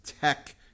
tech